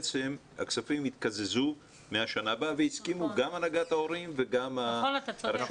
שהכספים יתקזזו מהשנה הבאה ולכך הסכימה גם הנהגת ההורים וגם הרשות.